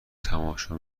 تماشا